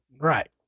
Right